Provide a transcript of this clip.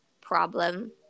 problem